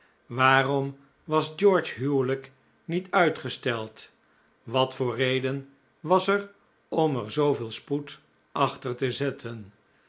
waarom was george's huwelijk niet uitgesteld wat voor reden was er om er zooveel spoed achter te zetten